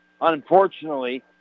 unfortunately